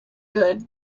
good